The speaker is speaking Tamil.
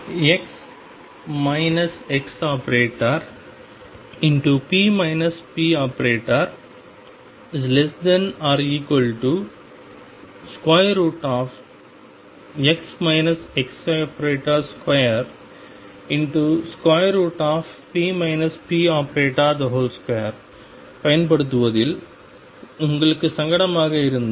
⟨x ⟨x⟩p ⟨p⟩⟩⟨x ⟨x⟩2⟩ ⟨p ⟨p⟩2⟩ ஐப் பயன்படுத்துவதில் உங்களுக்கு சங்கடமாக இருந்தால்